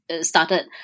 started